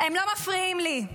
הם לא מפריעים לי.